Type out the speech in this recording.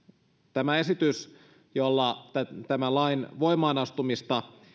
tämä esitys jolla tämän lain voimaanastumista